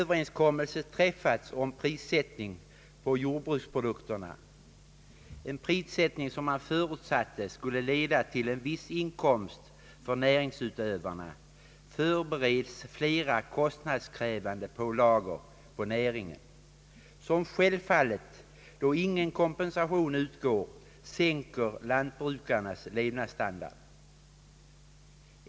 en prissättning som man förutsatte skulle leda till en viss inkomst för näringsutövarna, förbereds flera kostnadskrävande pålagor på näringen som självfallet, då ingen kompensation utgår, sänker lantbrukarnas levnadsstandard.